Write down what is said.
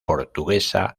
portuguesa